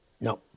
No